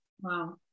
Wow